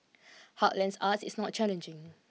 heartlands arts is not challenging